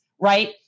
right